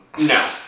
no